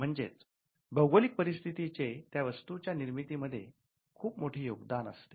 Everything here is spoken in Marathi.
म्हणजेच भौगोलिक परिस्थितीचे त्या वस्तूच्या निर्मिती मध्ये खूप मोठे योगदान असते